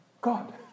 God